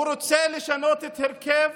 הוא רוצה לשנות את הרכב